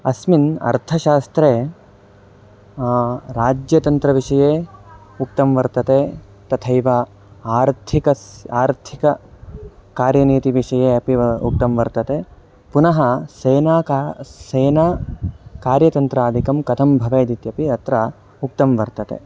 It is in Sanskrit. अस्मिन् अर्थशास्त्रे राज्यतन्त्रविषये उक्तं वर्तते तथैव आर्थिकस्य आर्थिककार्यनीतिविषये अपि उक्तं वर्तते पुनः सेना का सेना कार्यतन्त्रादिकं कथं भवेदित्यपि अत्र उक्तं वर्तते